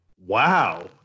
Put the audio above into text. Wow